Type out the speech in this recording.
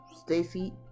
Stacy